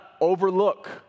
overlook